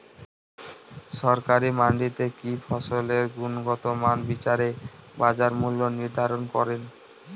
সরকারি মান্ডিতে কি ফসলের গুনগতমান বিচারে বাজার মূল্য নির্ধারণ করেন?